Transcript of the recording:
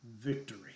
victory